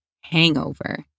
hangover